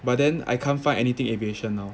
but then I can't find anything aviation now